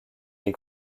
les